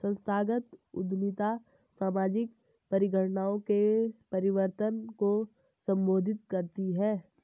संस्थागत उद्यमिता सामाजिक परिघटनाओं के परिवर्तन को संबोधित करती है